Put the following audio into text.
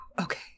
Okay